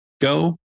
go